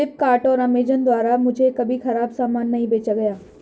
फ्लिपकार्ट और अमेजॉन द्वारा मुझे कभी खराब सामान नहीं बेचा गया